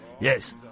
Yes